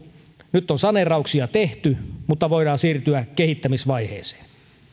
nyt on saneerauksia tehty mutta voidaan siirtyä kehittämisvaiheeseen